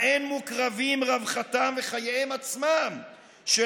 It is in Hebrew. האין מוקרבים רווחתם וחייהם עצמם של